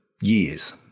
years